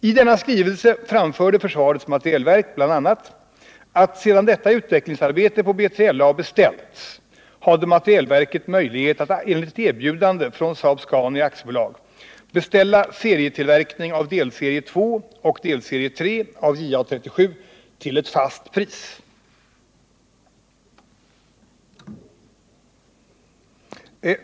I denna skrivelse framförde försvarets materielverk, bl.a., att sedan detta utvecklingsarbete på B3LA beställts hade materielverket möjlighet att enligt ett erbjudande från Saab-Scania AB, beställa serietillverkning av delserie 2 och 3 av JA 37 till ett fast pris.